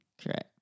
Correct